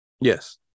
Yes